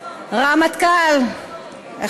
אחד?